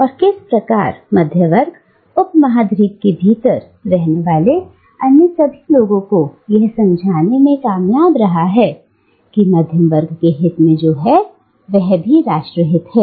और किस प्रकार मध्यवर्ग उपमहाद्वीप के भीतर रहने वाले अन्य सभी लोगों को यह समझाने में कामयाब रहा कि मध्यम वर्ग के हित में जो है वह भी राष्ट्रहित है